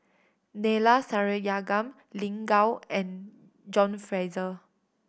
Neila Sathyalingam Lin Gao and John Fraser